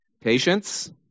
patience